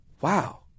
wow